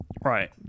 right